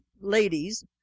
ladies